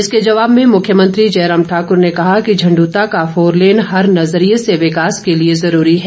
इस पर जवाब देते हुए मुख्यमंत्री जय राम ठाकुर ने कहा कि झंड्रता का फोरलेन हर नजरिए से विकास लिए जरूरी है